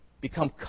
become